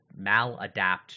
maladapt